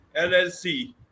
LLC